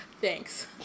Thanks